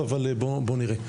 אבל בואו נראה.